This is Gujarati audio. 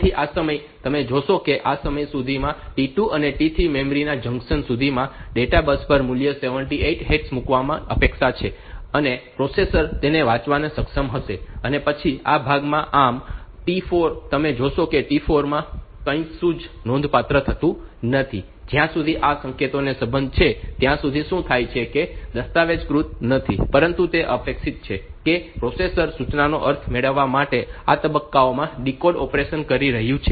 તેથી આ સમયે તમે જોઈ શકો છો કે આ સમય સુધીમાં T2 અને T3 મેમરી ના જંકશન સુધીમાં ડેટા બસ પર મૂલ્ય 78 હેક્સ મૂકવાની અપેક્ષા છે અને પ્રોસેસર તેને વાંચવામાં સક્ષમ હશે અને પછી આ ભાગમાં આમ આ T4 તમે જોશો કે T4 માં કશું જ નોંધપાત્ર થતું નથી જ્યાં સુધી આ સંકેતોનો સંબંધ છે ત્યાં સુધી શું થાય છે કે તે દસ્તાવેજીકૃત નથી પરંતુ તે અપેક્ષિત છે કે પ્રોસેસર સૂચનાનો અર્થ મેળવવા માટે આ તબક્કામાં તે ડીકોડ ઑપરેશન કરી રહ્યું છે